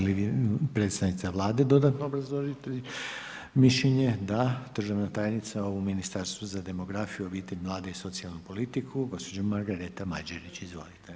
Hvala, želi li predstavnica Vlade dodatno obrazložiti mišljenje, da, državna tajnica u Ministarstvu za demografiju, obitelj, mlade i socijalnu politiku, gospođa Margareta Mađerić, izvolite.